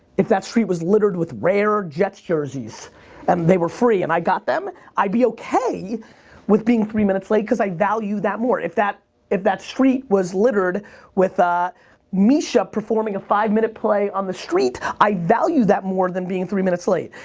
if that street was littered with rare jets jerseys and they were free and i got them, i'd be okay with being three minutes late cause i value that more. if that if that street was littered with ah misha performing a five minute play on the street, i value that more than being three minutes late.